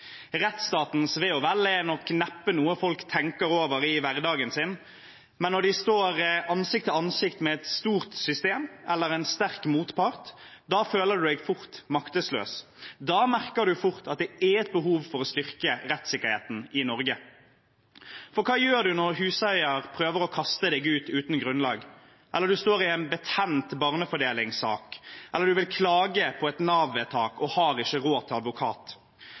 Rettsstatens ve og vel er nok neppe noe folk tenker over i hverdagen sin, men når man står ansikt til ansikt med et stort system eller en sterk motpart, føler man seg fort maktesløs. Da merker man fort at det er et behov for å styrke rettssikkerheten i Norge. Hva gjør man når huseieren prøver å kaste en ut uten grunnlag, eller man står i en betent barnefordelingssak, eller man vil klage på et Nav-vedtak og har ikke råd til advokat?